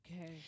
Okay